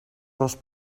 ros